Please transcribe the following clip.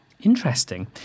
Interesting